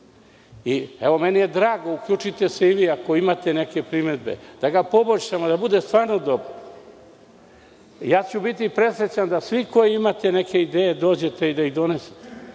zakonu. Meni je drago, uključite se i vi ako imate neke primedbe, da ga poboljšamo, da bude stvarno dobar. Ja ću biti presrećan da svi koji imate neke ideje dođete i da ih donesete.